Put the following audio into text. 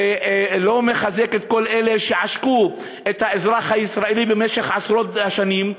ולא מחזק את כל אלה שעשקו את האזרח הישראלי עשרות שנים.